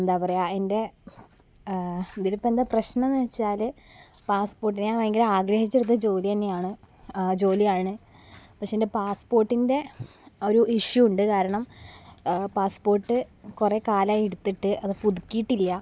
എന്താണ് പറയുക എന്റെ ഇതിൽ ഇപ്പം പ്രശ്നം എന്ന് വച്ചാൽ പാസ്പോര്ട്ടിന് ഞാന് ഭയങ്കര ആഗ്രഹിച്ചു എടുത്ത ജോലി തന്നെയാണ് ജോലിയാണ് പക്ഷെ എന്റെ പാസ്പോര്ട്ടിന്റെ ഒരു ഇഷ്യൂ ഉണ്ട് കാരണം പാസ്പോര്ട്ട് കുറേ കാലമായി എടുത്തിട്ട് അത് പുതുക്കിയിട്ടില്ല